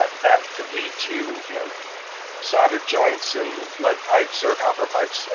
that could lead to you know soldered joints and lead pipes or copper pipes,